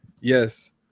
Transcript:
Yes